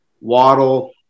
Waddle